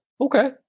okay